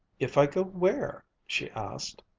if i go where? she asked.